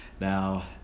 Now